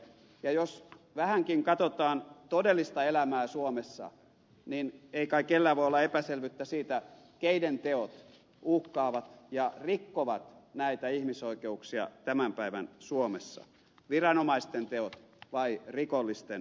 ja jos vähänkin katsotaan todellista elämää suomessa niin ei kai kellään voi olla epäselvyyttä siitä keiden teot uhkaavat ja rikkovat näitä ihmisoikeuksia tämän päivän suomessa viranomaisten teot vai rikollisten teot